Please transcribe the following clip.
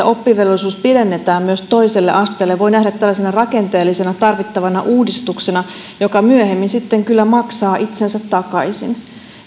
oppivelvollisuus pidennetään myös toiselle asteelle voi nähdä tällaisena tarvittavana rakenteellisena uudistuksena joka myöhemmin sitten kyllä maksaa itsensä takaisin